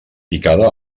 picada